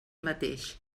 mateix